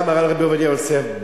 גם הרב עובדיה יוסף,